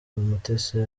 umutesi